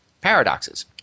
paradoxes